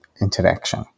interaction